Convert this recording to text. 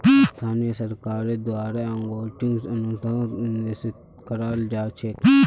स्थानीय सरकारेर द्वारे अकाउन्टिंग अनुसंधानक निर्देशित कराल जा छेक